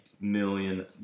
million